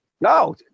No